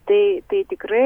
tai tai tikrai